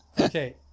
Okay